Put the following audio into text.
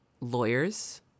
lawyers